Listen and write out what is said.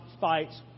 fights